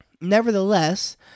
Nevertheless